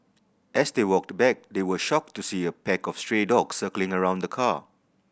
as they walked back they were shocked to see a pack of stray dogs circling around the car